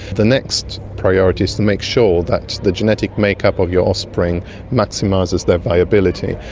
the next priority is to make sure that the genetic make up of your offspring maximises their viability.